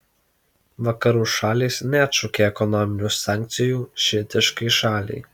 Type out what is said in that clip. vakarų šalys neatšaukė ekonominių sankcijų šiitiškai šaliai